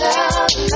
Love